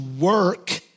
work